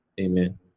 Amen